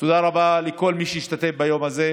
תודה רבה לכל מי שהשתתף ביום הזה.